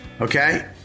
Okay